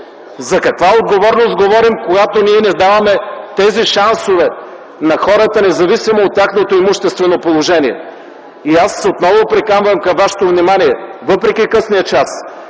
За каква отговорност говорим, когато ние не даваме тези шансове на хората, независимо от тяхното имуществено положение? Отново приканвам към вашето внимание: въпреки късния час,